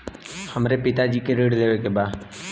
हमरे पिता जी के ऋण लेवे के बा?